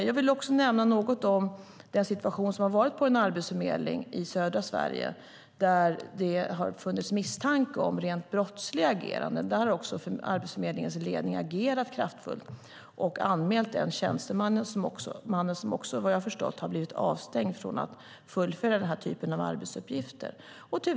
Jag vill också nämna något om situationen på en arbetsförmedling i södra Sverige där det har funnits misstanke om rent brottsliga ageranden. Där har Arbetsförmedlingens ledning agerat kraftfullt och anmält den tjänstemannen, och vad jag förstår har personen också blivit avstängd från att fullfölja den här typen av arbetsuppgifter.